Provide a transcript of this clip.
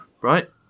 right